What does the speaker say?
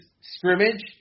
scrimmage